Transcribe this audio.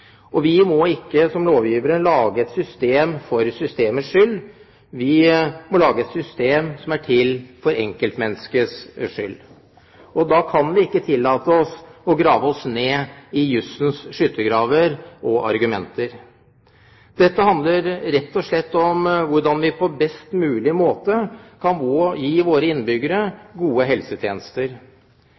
helsesystemet. Vi må ikke som lovgivere lage et system for systemets skyld. Vi må lage et system som er til for enkeltmenneskets skyld. Da kan vi ikke tillate oss å grave oss ned i jussens skyttergraver og argumenter. Dette handler rett og slett om hvordan vi på best mulig måte kan gi våre innbyggere gode helsetjenester.